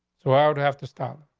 so i would have to stop.